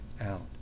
out